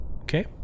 Okay